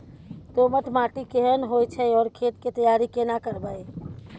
दोमट माटी केहन होय छै आर खेत के तैयारी केना करबै?